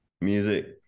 music